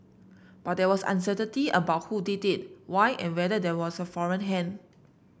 but there was uncertainty about who did it why and whether there was a foreign hand